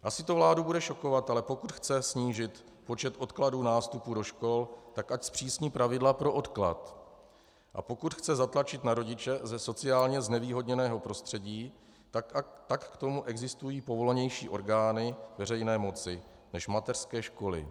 Asi to vládu bude šokovat, ale pokud chce snížit počet odkladů nástupů do školy, tak ať zpřísní pravidla pro odklad, a pokud chce zatlačit na rodiče ze sociálně znevýhodněného prostředí, tak k tomu existují povolanější orgány veřejné moci než mateřské školy.